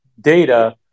data